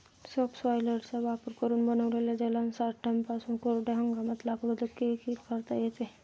सबसॉयलरचा वापर करून बनविलेल्या जलसाठ्यांपासून कोरड्या हंगामात लागवड देखील करता येते